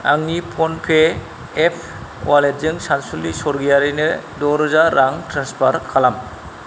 आंनि PhonePe apps वालेटजों सानसुलि स्वरगयारिनो द' रोजा रां ट्रेन्सफार खालाम